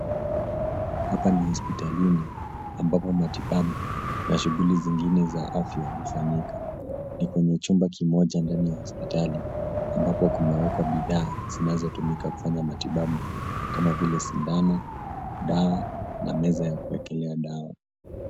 Hapa ni hospitalini ambapo matibabu na shughuli zingine za afya hufanyika. Ni kwenye chumba kimoja ndani ya hospitali ambapo kunawekwa bidhaa zinazotumika kufanya matibabu kama vile sindano, dawa na meza ya kuwekelea dawa.